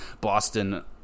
Boston